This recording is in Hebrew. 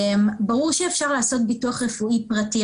ברור שאפשר לעשות ביטוח רפואי פרטי,